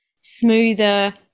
smoother